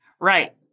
Right